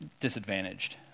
disadvantaged